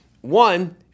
one